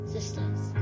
Sisters